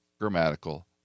grammatical